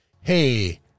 hey